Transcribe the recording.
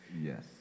Yes